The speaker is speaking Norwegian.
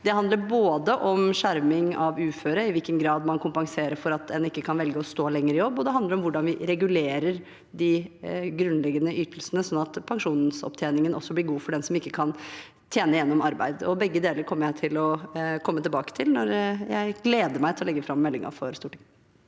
Det handler om både skjerming av uføre, i hvilken grad man kompenserer for at en ikke kan velge å stå lenger i jobb, og hvordan vi regulerer de grunnleggende ytelsene, slik at pensjonsopptjeningen også blir god for dem som ikke kan tjene gjennom arbeid. Begge deler kommer jeg til å komme tilbake til – jeg gleder meg til å legge fram meldingen for Stortinget.